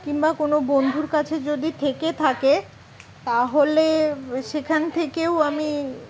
কিংবা কোনো বন্ধুর কাছে যদি থেকে থাকে তাহলে সেখান থেকেও আমি